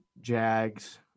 Jags